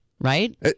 right